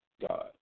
God